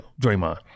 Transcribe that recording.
Draymond